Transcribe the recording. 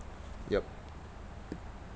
yup